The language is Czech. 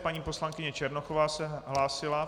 Paní poslankyně Černochová se hlásila.